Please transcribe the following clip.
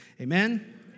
Amen